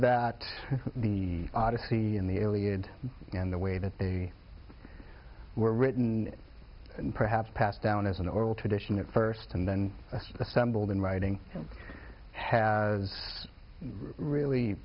that the odyssey in the iliad and the way that they were written and perhaps passed down as an oral tradition at first and then assembled in writing has really